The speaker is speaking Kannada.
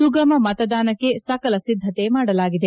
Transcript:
ಸುಗಮ ಮತದಾನಕ್ಕೆ ಸಕಲ ಸಿದ್ದತೆ ಮಾಡಲಾಗಿದೆ